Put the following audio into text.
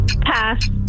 Pass